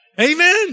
Amen